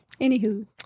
anywho